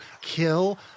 kill